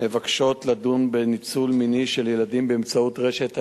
מבקשות לדון בניצול מיני של ילדים באמצעות רשת האינטרנט.